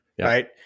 right